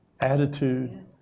attitude